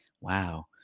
Wow